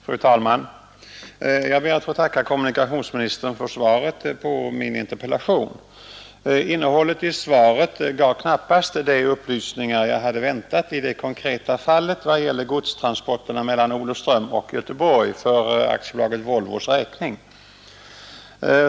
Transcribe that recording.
Fru talman! Jag ber att få tacka kommunikationsministern för svaret på min interpellation. Innehållet i svaret gav knappast de upplysningar jag hade väntat i det konkreta fallet vad gäller godstransporterna mellan Olofström och Göteborg för AB Volvos räkning.